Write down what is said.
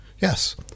Yes